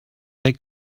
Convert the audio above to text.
they